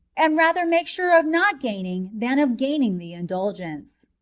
and rather make sure of not gaining than of gaining the indulgence.